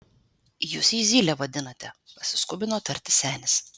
jūs jį zyle vadinate pasiskubino tarti senis